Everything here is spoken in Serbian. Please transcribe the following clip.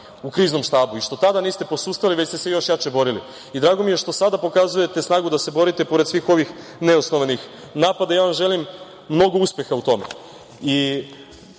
u Kriznom štabu i što tada niste posustali, već ste se još jače borili. Drago mi je što sada pokazujete snagu da se borite, pored svih ovih neosnovanih napada. Ja vam želim mnogo uspeha u tome. Kada